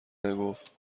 نگفت